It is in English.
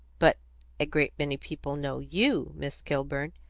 but a great many people know you, miss kilburn.